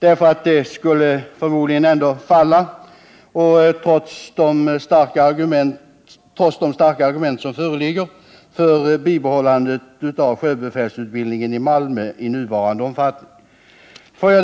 Det skulle ändå falla, trots de starka argument som föreligger för att bibehålla sjöbefälsutbildningen i Malmö i nuvarande omfattning.